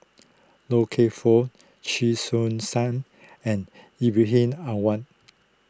Loy Keng Foo Chee Soon sum and Ibrahim Awang